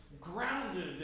grounded